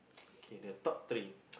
okay the top three